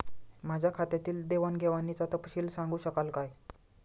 माझ्या खात्यातील देवाणघेवाणीचा तपशील सांगू शकाल काय?